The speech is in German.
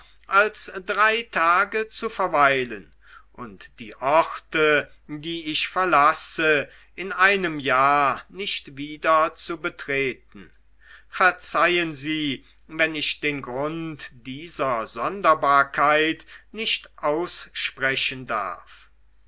als drei tage zu verweilen und die orte die ich verlasse in einem jahr nicht wieder zu betreten verzeihen sie wenn ich den grund dieser sonderbarkeit nicht aussprechen darf